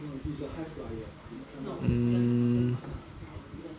mm